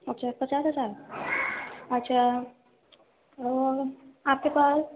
اچھا پچاس ہزار اچھا آپ کے پاس